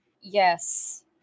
Yes